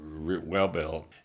well-built